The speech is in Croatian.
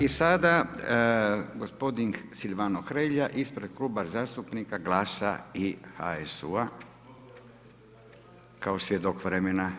I sada gospodin Silvano Hrelja ispred Kluba zastupnika GLAS-a i HUS-a, kao svjedok vremena.